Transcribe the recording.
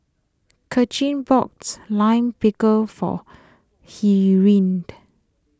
Kelcie boats Lime Pickle for he rained